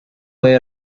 way